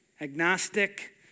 agnostic